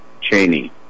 Cheney